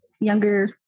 younger